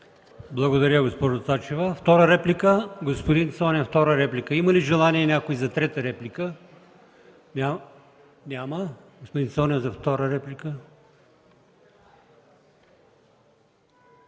Благодаря, господин Цонев.